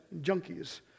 junkies